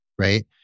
Right